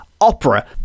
opera